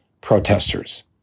protesters